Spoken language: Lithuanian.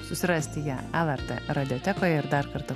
susirasti ją lrt radiotekoje ir dar kartą